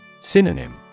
Synonym